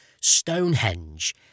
Stonehenge